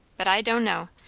but i don' know!